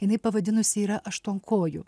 jinai pavadinusi yra aštuonkoju